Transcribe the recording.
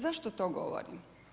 Zašto to govorim?